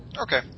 Okay